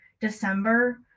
December